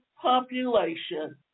population